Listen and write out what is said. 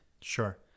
Sure